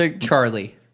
Charlie